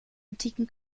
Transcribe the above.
antiken